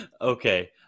Okay